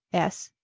s.